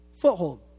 Foothold